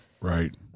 Right